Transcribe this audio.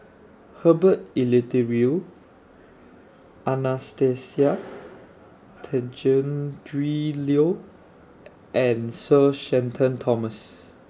Herbert Eleuterio Anastasia Tjendri Liew and Sir Shenton Thomas